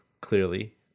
clearly